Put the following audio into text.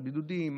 על בידודים,